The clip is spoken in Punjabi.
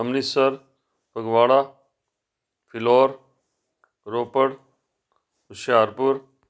ਅੰਮ੍ਰਿਤਸਰ ਫਗਵਾੜਾ ਫਿਲੌਰ ਰੋਪੜ ਹੁਸ਼ਿਆਰਪੁਰ